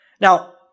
Now